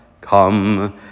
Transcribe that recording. come